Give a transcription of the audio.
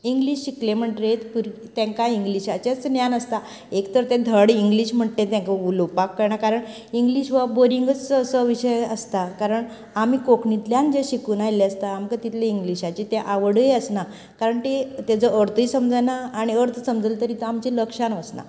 English शिकले म्हणटकीर भुरगी तांकां इंग्लिशाचेच ज्ञान आसता एक तर तें धड इंग्लिश म्हणटा तें उलोवपाक कळना कारण इंग्लिश हो बोरिंगसो असो विशय आसता कारण आमी कोंकणींतल्यान जे शिकून आयले आसता आमकां तितली इंग्लिशाची ती आवडय आसना कारण ती ताचो अर्थय समजना आनी अर्थ समजून आमच्या लक्षान वचना